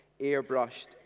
airbrushed